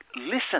listen